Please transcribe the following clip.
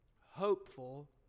hopeful